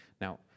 Now